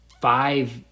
five